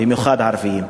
במיוחד ערבים.